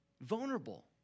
vulnerable